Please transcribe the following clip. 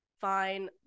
fine